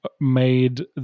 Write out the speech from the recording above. made